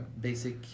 Basic